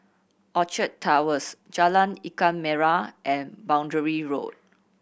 Orchard Towers Jalan Ikan Merah and Boundary Road